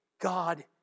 God